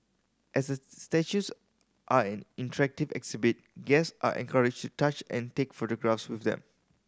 as the statues are an interactive exhibit guest are encouraged to touch and take photographs with them